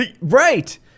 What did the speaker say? Right